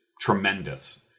tremendous